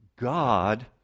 God